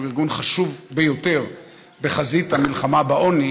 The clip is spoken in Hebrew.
שהוא ארגון חשוב ביותר בחזית המלחמה בעוני,